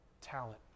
talent